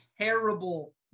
terrible